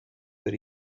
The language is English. that